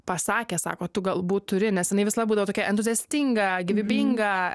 pasakė sako tu galbūt turi nes jinai visada būdavo tokia entuziastinga gyvybinga